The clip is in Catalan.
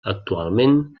actualment